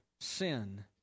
Sin